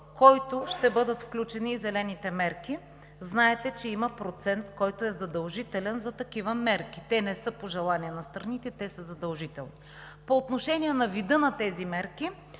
който ще бъдат включени и зелените мерки. Знаете, че има процент, който е задължителен за такива мерки. Те не са пожелание на страните, а са задължителни. По отношение на вида на тези мерки.